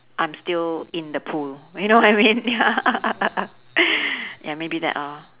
I'm still in the pool you know what I mean ya ya maybe that lor